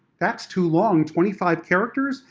that's too long! twenty five characters!